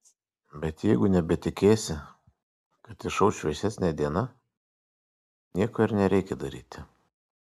bet jeigu nebetikėsi kad išauš šviesesnė diena nieko ir nereikia daryti